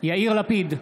יאיר לפיד,